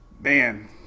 Man